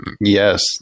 Yes